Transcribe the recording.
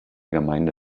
gemeinde